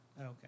Okay